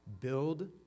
Build